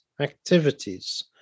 activities